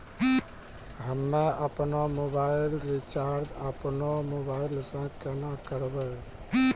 हम्मे आपनौ mobile recharge आपनौ मोबाइल से केना करवै?